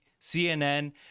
cnn